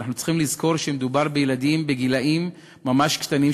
ואנחנו צריכים לזכור שמדובר בילדים ממש קטנים,